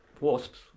wasps